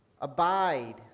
abide